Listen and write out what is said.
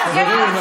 חברים.